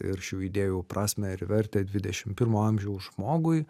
ir šių idėjų prasmę ir vertę dvidešimt pirmo amžiaus žmogui